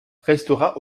restera